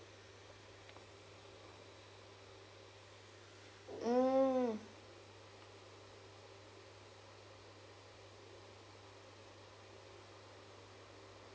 mm